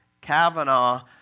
Kavanaugh